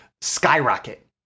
skyrocket